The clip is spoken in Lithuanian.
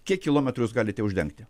kiek kilometrų jūs galite uždengti